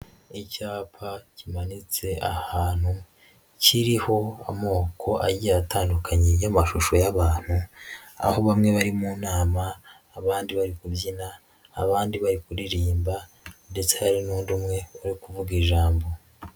Icyapa kimanitse ahantu kiriho amoko agiye atandukanye y'amashusho y'abantu, aho bamwe bari mu nama, abandi bari kubyina, abandi bari kuririmba ndetse hari n'undi umwe uri kuvuga ijambo.